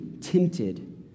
tempted